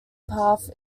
path